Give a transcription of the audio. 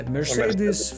Mercedes